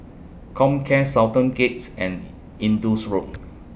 Comcare Sultan Gates and Indus Road